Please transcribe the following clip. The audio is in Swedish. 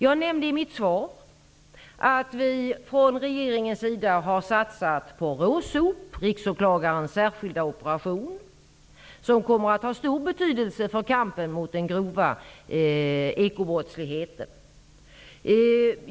Jag nämnde i mitt svar att vi från regeringens sida har satsat på RÅSOP, Riksåklagarens särskilda operation, som kommer att ha stor betydelse för kampen mot den grova ekobrottsligheten.